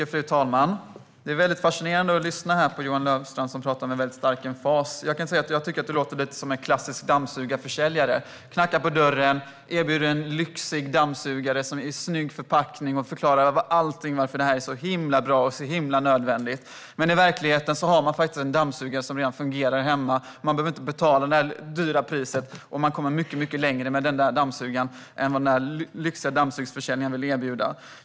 Fru talman! Det är väldigt fascinerande att lyssna på Johan Löfstrand, som talar med en väldigt stark emfas. Du låter lite som en klassisk dammsugarförsäljare som knackar på dörren, erbjuder en lyxig dammsugare i snygg förpackning och förklarar varför det här är så himla bra och så himla nödvändigt. I verkligheten har man redan en dammsugare som fungerar. Man behöver inte betala det dyra priset, och man kommer mycket längre med den dammsugare man redan har hemma än med den lyxiga dammsugare som försäljaren vill erbjuda.